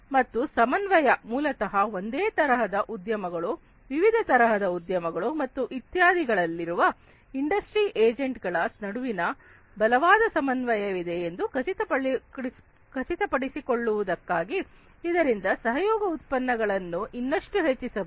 ಮತ್ತು ಸಮನ್ವಯ ಮೂಲತಃ ಒಂದೇ ತರಹದ ಉದ್ಯಮಗಳು ವಿವಿಧ ತರಹದ ಉದ್ಯಮಗಳು ಮತ್ತು ಇತ್ಯಾದಿ ಗಳಲ್ಲಿರುವ ಇಂಡಸ್ಟ್ರಿ ಏಜೆಂಟ್ ಗಳ ನಡುವಿನ ಬಲವಾದ ಸಮನ್ವಯವಿದೆ ಇಂದು ಖಚಿತಪಡಿಸಿಕೊಳ್ಳುವುದಕ್ಕಾಗಿ ಇದರಿಂದ ಸಹಯೋಗ ಉತ್ಪಾದನೆಗಳನ್ನು ಇನ್ನಷ್ಟು ಹೆಚ್ಚಿಸಬಹುದು